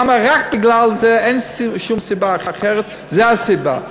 רק בגלל זה, אין שום סיבה אחרת, זו הסיבה.